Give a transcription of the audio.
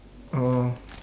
oh